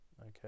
okay